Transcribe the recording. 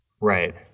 Right